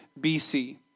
BC